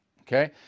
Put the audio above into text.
Okay